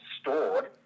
stored